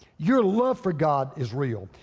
your love for god is real.